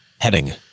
heading